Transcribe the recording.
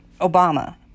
Obama